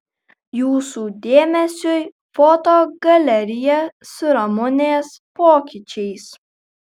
jūsų dėmesiui foto galerija su ramunės pokyčiais